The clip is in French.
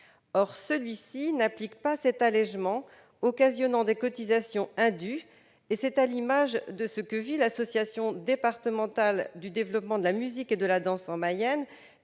Or celui-ci n'applique pas cet allégement, occasionnant des cotisations indues, à l'instar de la situation que connaît l'Association départementale pour le développement de la musique et de la danse en Mayenne,